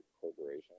corporation